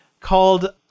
called